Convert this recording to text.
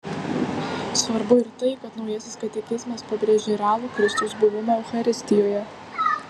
svarbu ir tai kad naujasis katekizmas pabrėžia realų kristaus buvimą eucharistijoje